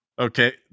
okay